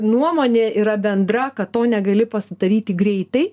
nuomonė yra bendra kad to negali pasidaryti greitai